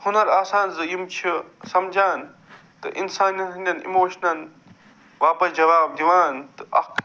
ہُنر آسان زٕ یِم چھِ سمجھان تہٕ اِنسانٮ۪ن ہِنٛدٮ۪ن اِموشنن واپس جواب دِوان تہٕ اکھ